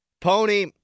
Pony